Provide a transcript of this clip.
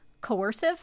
Coercive